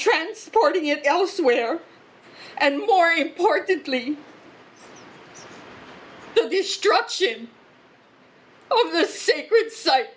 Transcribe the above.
transporting it elsewhere and more importantly the destruction of the sacred site